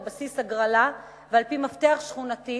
על בסיס הגרלה ועל-פי מפתח שכונתי,